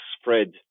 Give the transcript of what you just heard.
spread